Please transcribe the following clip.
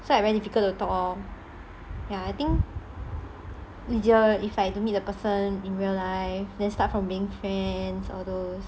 so like very difficult to talk lor ya I think ya easier if you like meet the person in real life then start from being friends or those